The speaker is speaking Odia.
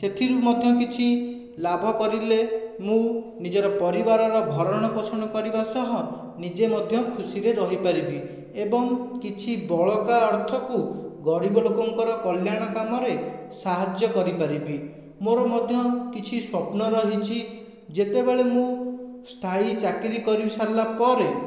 ସେଥିରୁ ମଧ୍ୟ କିଛି ଲାଭ କରିଲେ ମୁଁ ନିଜର ପରିବାରର ଭରଣ ପୋଷଣ କରିବା ସହ ନିଜେ ମଧ୍ୟ ଖୁସିରେ ରହି ପାରିବି ଏବଂ କିଛି ବଳକା ଅର୍ଥକୁ ଗରିବ ଲୋକଙ୍କର କଲ୍ୟାଣ କାମରେ ସାହାଯ୍ୟ କରିପାରିବି ମୋର ମଧ୍ୟ କିଛି ସ୍ୱପ୍ନ ରହିଛି ଯେତେବେଳେ ମୁଁ ସ୍ଥାୟୀ ଚାକିରି କରି ସାରିଲା ପରେ